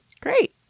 Great